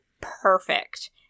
perfect